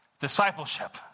discipleship